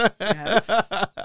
Yes